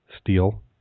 Steel